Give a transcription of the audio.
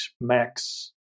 Max